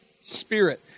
Spirit